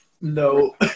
No